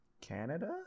Canada